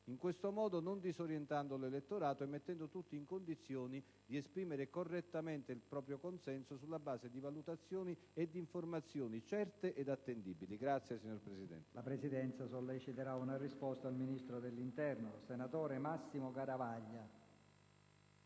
e appropriati non disorientando l'elettorato e mettendo tutti in condizione di esprimere correttamente il proprio consenso sulla base di valutazioni e di informazioni certe ed attendibili. *(Applausi della